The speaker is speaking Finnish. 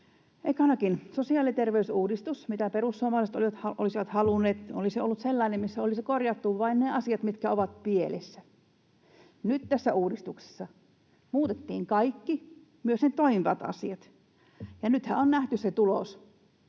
Ekanakin, sosiaali- ja terveysuudistus, mitä perussuomalaiset olisivat halunneet, olisi ollut sellainen, missä olisi korjattu vain ne asiat, mitkä ovat pielessä. Nyt tässä uudistuksessa muutettiin kaikki, myös ne toimivat asiat, ja nythän on nähty se tulos: